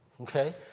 Okay